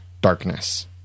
darkness